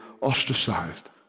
ostracized